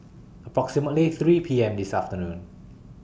approximately three P M This afternoon